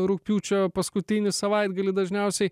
rugpjūčio paskutinį savaitgalį dažniausiai